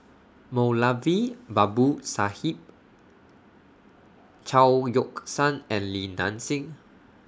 Moulavi Babu Sahib Chao Yoke San and Li Nanxing